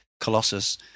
Colossus